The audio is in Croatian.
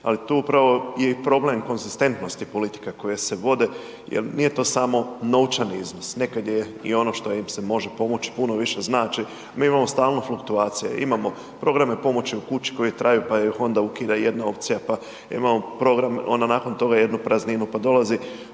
ali tu upravo je i problem konzistentnosti politika koje se vode jer nije to samo novčani iznos, nekad je i ono što im se može pomoći puno više znači. Mi imamo stalno fluktuacija, imamo programe pomoći u kući koji traju pa ih onda ukida jedna opcija, pa imamo program, onda nakon toga jednu prazninu, pa dolazi